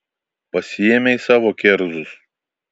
pasiėmei savo kerzus